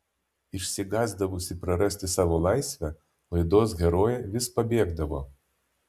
išsigąsdavusi prarasti savo laisvę laidos herojė vis pabėgdavo